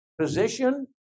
position